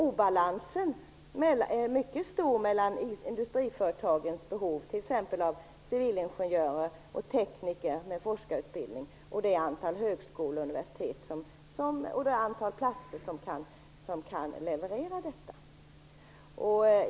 Obalansen är mycket stor mellan industriföretagens behov av t.ex. civilingenjörer och tekniker med forskarutbildning och det antal platser på högskolor och universitet som kan leverera dessa.